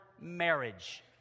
marriage